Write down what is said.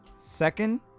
second